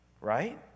right